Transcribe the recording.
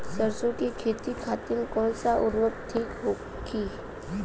सरसो के खेती खातीन कवन सा उर्वरक थिक होखी?